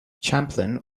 champlain